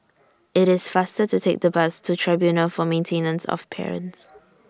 IT IS faster to Take The Bus to Tribunal For Maintenance of Parents